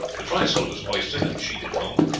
the trysail was hoisted and sheeted home,